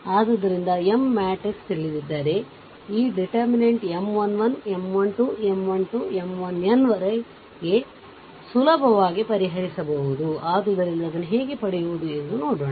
ಆದ್ದರಿಂದ M matrix ತಿಳಿದಿದ್ದರೆ ಈ determinant M 1 1 M 1 2 M 1 2 M 1n ವರೆಗೆಸುಲಭವಾಗಿ ಪರಿಹರಿಸಬಹುದು ಆ ದ್ದರಿಂದ ಅದನ್ನು ಹೇಗೆ ಪಡೆಯುವುದು ಎಂಬುದನ್ನು ನೋಡೋಣ